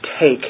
take